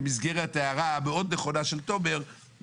במסגרת ההערה המאוד נכונה של תומר,